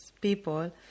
people